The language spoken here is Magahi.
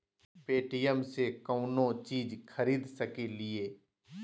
पे.टी.एम से कौनो चीज खरीद सकी लिय?